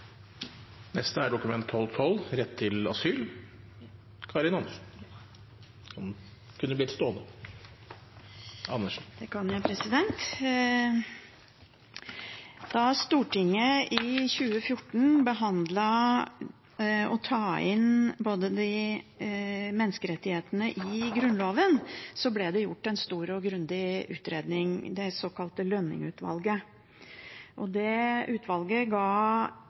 Da Stortinget i 2014 behandlet å ta inn menneskerettighetene i Grunnloven, ble det gjort en stor og grundig utredning, det såkalte Lønning-utvalget. Det utvalget